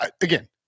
again